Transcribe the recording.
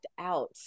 out